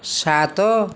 ସାତ